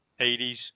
80s